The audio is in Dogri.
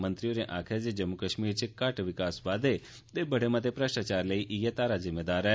मंत्री होरें आखेआ जे जम्मू कश्मीर च घट्ट विकास बाद्दे ते बड़े मते भ्रश्टाचार लेई इयै धारा जिम्मेदार ऐ